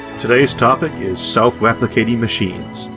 today's topic is self-replicating machines,